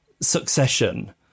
Succession